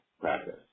practice